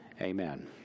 amen